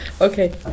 Okay